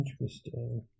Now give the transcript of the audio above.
Interesting